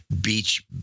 Beach